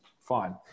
fine